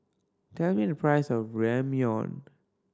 tell me the price of Ramyeon